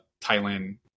Thailand